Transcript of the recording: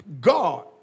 God